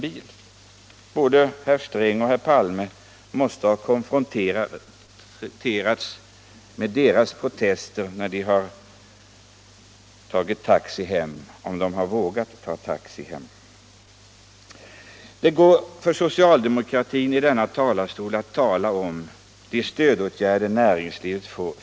Både herr Sträng och herr Palme måste ha konfronterats med deras protester när de tagit taxi hem — om de nu vågar ta taxi hem. Det går för socialdemokraterna att i denna talarstol tala om de stödåtgärder näringslivet får.